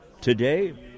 today